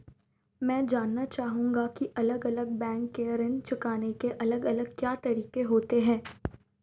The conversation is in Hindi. मैं जानना चाहूंगा की अलग अलग बैंक के ऋण चुकाने के अलग अलग क्या तरीके होते हैं?